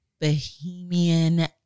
bohemian